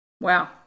Wow